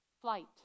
flight